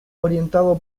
orientado